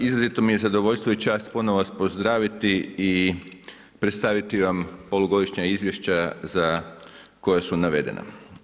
Izrazito mi je zadovoljstvo i čast ponovno vas pozdraviti i predstaviti vam polugodišnja izvješća za koja su navedena.